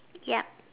ya